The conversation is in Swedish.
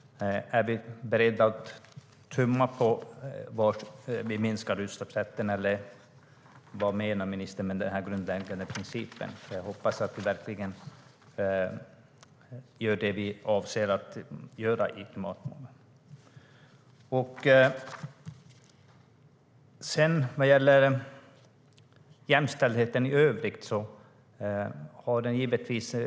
Är vi beredda att tumma på var vi minskar utsläppsrätterna, eller vad menar ministern med "grundläggande princip"? Jag hoppas att vi verkligen gör det vi avser att göra i klimatförhandlingarna. Vad gäller jämställdheten i övrigt har den betydelse.